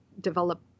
develop